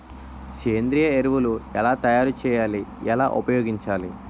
సేంద్రీయ ఎరువులు ఎలా తయారు చేయాలి? ఎలా ఉపయోగించాలీ?